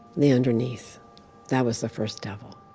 the underneath that was the first devil.